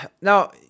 Now